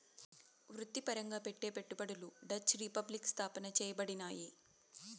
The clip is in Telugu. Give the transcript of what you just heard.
వృత్తిపరంగా పెట్టే పెట్టుబడులు డచ్ రిపబ్లిక్ స్థాపన చేయబడినాయి